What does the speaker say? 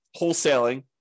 wholesaling